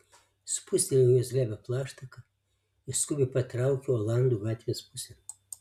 spustelėjau jos glebią plaštaką ir skubiai patraukiau olandų gatvės pusėn